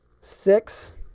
six